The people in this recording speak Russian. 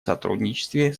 сотрудничестве